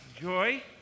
joy